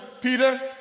peter